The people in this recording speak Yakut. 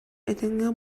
этэҥҥэ